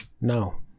now